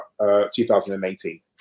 2018